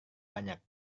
banyak